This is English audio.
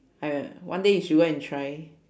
I uh one day you should go and try